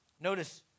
Notice